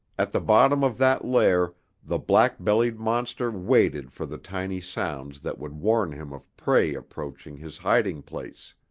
at the bottom of that lair the black-bellied monster waited for the tiny sounds that would warn him of prey approaching his hiding-place